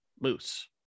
Moose